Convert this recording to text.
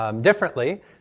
Differently